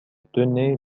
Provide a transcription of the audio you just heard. tenait